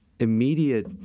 Immediate